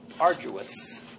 arduous